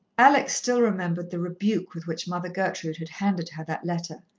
alex still remembered the rebuke with which mother gertrude had handed her that letter,